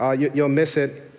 ah you'll you'll miss it.